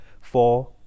four